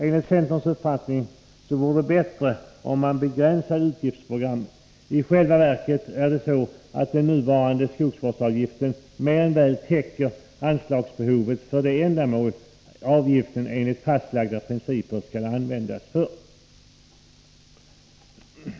Enligt centerns uppfattning vore det bättre om man begränsade utgiftsprogrammet. I själva verket täcker den nuvarande skogsvårdsavgiften mer än väl anslagsbehovet för de ändamål avgiften enligt fastlagda principer skall användas för.